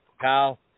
kyle